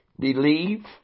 Believe